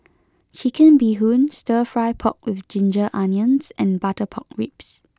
Chicken Bee Hoon Stir Fry Pork with Ginger Onions and Butter Pork Ribs